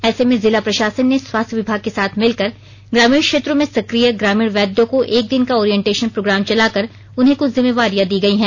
ऐसे में जिला प्रशासन ने स्वास्थ्य विभाग के साथ मिलकर ग्रामीण क्षेत्रों में सक्रिय ग्रामीण वैद्यों को एक दिन का ओरिएन्टेशन प्रोग्राम चलाकर उन्हें कुछ जिम्मेवारियां दी गयी हैं